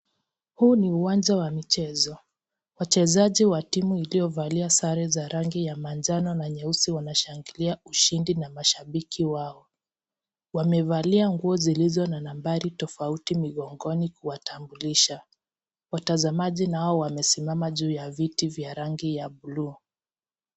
Huu ni uwanja wa michezo. Wachezaji wa timu iliyovalia sare za rangi ya manjano na nyeusi wanashangilia ushindi na mashabiki wao. Wamevalia nguo zilizo na nambari tofauti migongoni kuwatambulisha. Watazamaji nao wamesimama juu ya viti vya rangi ya buluu.